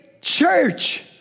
church